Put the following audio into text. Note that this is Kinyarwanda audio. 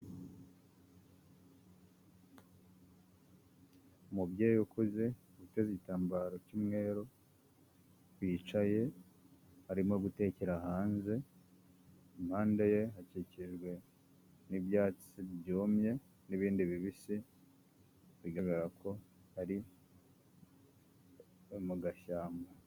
Umubyeyi ukuze witeze igitambaro cy'umweru, wicaye arimo gutekera hanze, impande ye hakikijwe n'ibyatsi byumye n'ibindi bibisi, bigaragara ko ari mu gashyamba.